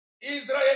Israel